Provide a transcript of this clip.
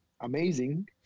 amazing